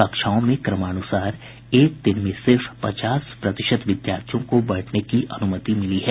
कक्षाओं में क्रमानुसार एक दिन में सिर्फ पचास प्रतिशत विद्यार्थियों को बैठने की अनुमति मिली है